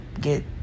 get